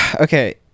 okay